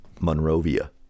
Monrovia